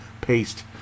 paste